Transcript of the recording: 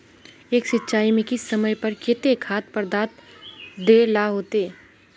एक सिंचाई में किस समय पर केते खाद पदार्थ दे ला होते?